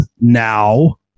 now